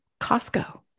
Costco